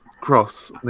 Cross